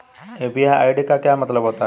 UPI ID का मतलब क्या होता है?